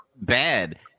Bad